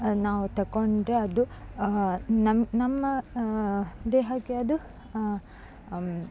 ನಾವು ತಗೊಂಡ್ರೆ ಅದು ನಮ್ಮ ನಮ್ಮ ದೇಹಕ್ಕೆ ಅದು